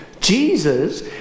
Jesus